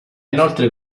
inoltre